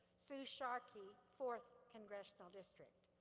sue sharkey, fourth congressional district.